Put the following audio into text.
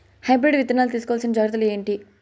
Hybrid విత్తనాలు తీసుకోవాల్సిన జాగ్రత్తలు ఏంటి?